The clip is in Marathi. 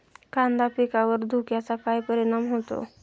कांदा पिकावर धुक्याचा काय परिणाम होतो?